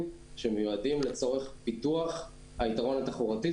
שמיועדים לצורך פיתוח היתרון התחרותי.